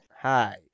Hi